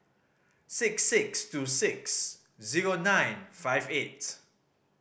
six six two six zero nine five eight